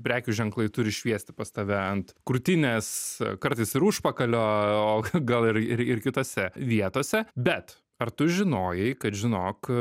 prekių ženklai turi šviesti pas tave ant krūtinės kartais ir užpakalio o gal ir ir kitose vietose bet ar tu žinojai kad žinok